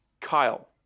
Kyle